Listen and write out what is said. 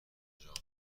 اونجام